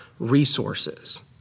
resources